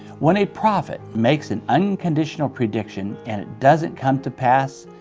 when a prophet makes an unconditional prediction and it doesn't come to pass,